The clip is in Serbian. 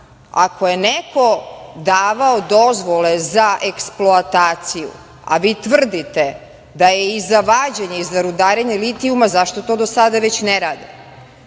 Ako je neko davao dozvole za eksploataciju, a vi tvrdite da je i za vađenje i za rudarenje litijuma, zašto to do sada već ne rade?